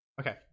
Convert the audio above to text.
Okay